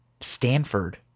Stanford